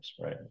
right